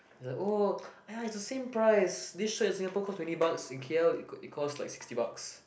like oh ah it's the same price this shirt in Singapore costs twenty bucks in K_L it could it costs like sixty bucks